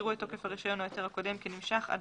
יראו את תוקף הרישיון או ההיתר הקודם כנמשך עד